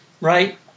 right